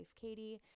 Katie